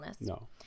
No